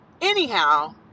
Anyhow